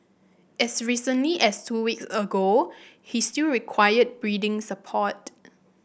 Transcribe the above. as recently as two weeks ago he still required breathing support